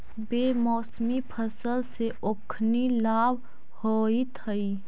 बेमौसमी फसल से ओखनी लाभ होइत हइ